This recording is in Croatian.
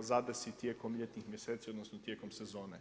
zadesi tijekom ljetnih mjeseci odnosno tijekom sezone.